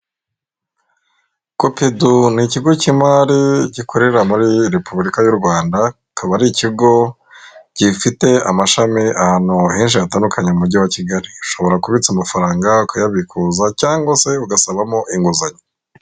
Kopedu ni ikigo cy'imari gikorera muri repubulika y'u rwanda kikaba ari ikigo gifite amashami ahantu henshi hatandukanye mu mujyi wa kigali, ushobora kubitsa amafaranga ukayabikuza cyangwa se ugasabamo inguzanyo.